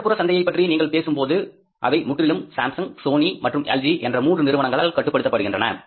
நகர்ப்புற சந்தையை பற்றி நீங்கள் பேசும்போது அவை முற்றிலும் சாம்சங் சோனி மற்றும் எல்ஜி என்ற மூன்று நிறுவனங்களால் கட்டுப்படுத்தப்படுகின்றன